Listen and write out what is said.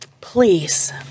Please